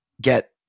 get